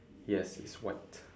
yes it's white